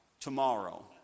tomorrow